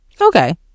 okay